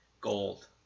gold